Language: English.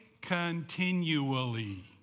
continually